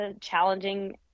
challenging